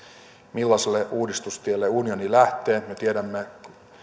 millaiselle uudistustielle unioni lähtee me tiedämme